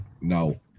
No